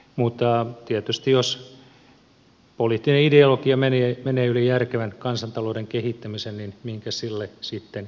mutta tietysti jos poliittinen ideologia menee yli järkevän kansantalouden kehittämisen minkäs sille sitten tekee